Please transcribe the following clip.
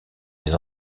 les